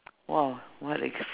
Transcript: !wow! what a~